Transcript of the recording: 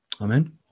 Amen